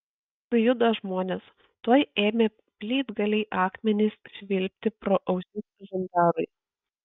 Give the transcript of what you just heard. sujudo žmonės tuoj ėmė plytgaliai akmenys švilpti pro ausis žandarui